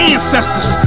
Ancestors